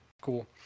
cool